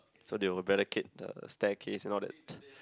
so they will barricade the staircase and all that